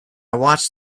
watched